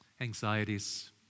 anxieties